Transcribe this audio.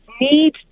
need